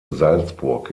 salzburg